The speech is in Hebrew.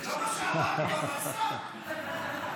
זה לא מה שאמרת לי בפרסה.